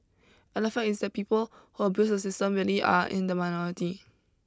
and the fact is that the people who abuse the system really are in the minority